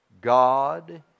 God